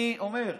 אני אומר,